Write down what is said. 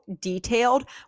detailed